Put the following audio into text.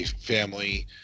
family